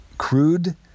crude